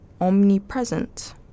omnipresent